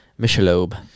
Michelob